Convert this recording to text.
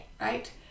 right